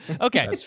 Okay